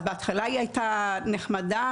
בהתחלה היא הייתה נחמדה.